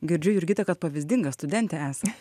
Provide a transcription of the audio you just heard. girdžiu jurgita kad pavyzdinga studentė esat